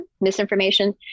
misinformation